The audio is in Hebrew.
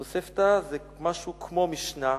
תוספתא, זה משהו כמו משנה,